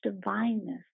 divineness